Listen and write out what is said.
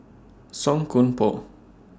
Song Koon Poh